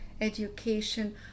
education